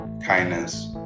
kindness